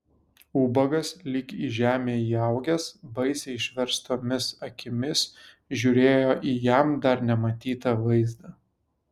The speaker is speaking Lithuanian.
ubagas lyg į žemę įaugęs baisiai išverstomis akimis žiūrėjo į jam dar nematytą vaizdą